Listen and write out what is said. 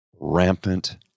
rampant